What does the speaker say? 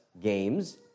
Games